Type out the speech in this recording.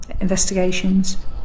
investigations